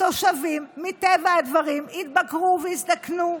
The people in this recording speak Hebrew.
התושבים, מטבע הדברים, התבגרו והזדקנו.